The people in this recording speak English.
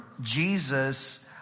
Jesus